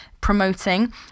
promoting